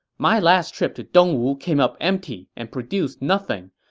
my last trip to dong wu came up empty and produced nothing.